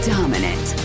Dominant